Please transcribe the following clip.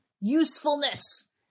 usefulness